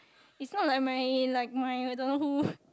it's not like my like my the don't know who